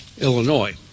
Illinois